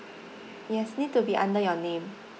yes need to be under your name